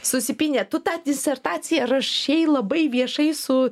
susipynė tu tą disertaciją rašei labai viešai su